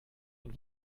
und